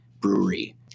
brewery